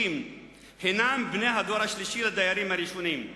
הם בני הדור השלישי לדיירים הראשונים.